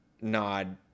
nod